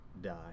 die